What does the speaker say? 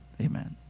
amen